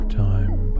time